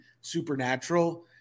supernatural